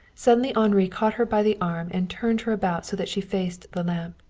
suddenly henri caught her by the arm and turned her about so that she faced the lamp.